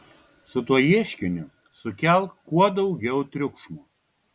su tuo ieškiniu sukelk kuo daugiau triukšmo